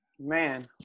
Man